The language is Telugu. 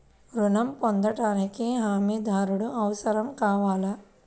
ఋణం పొందటానికి హమీదారుడు అవసరం కావాలా?